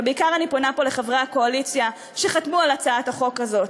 ובעיקר אני פונה פה לחברי הקואליציה שחתמו על הצעת החוק הזאת,